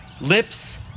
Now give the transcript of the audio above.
lips